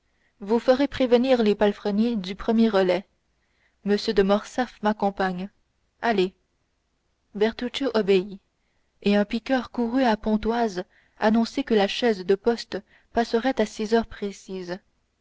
vous ferez prévenir les palefreniers du premier relais m de morcerf m'accompagne allez bertuccio obéit et un piqueur courut à pontoise annoncer que la chaise de poste passerait à six heures précises